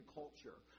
culture